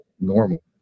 normal